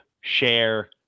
share